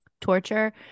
torture